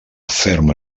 ferma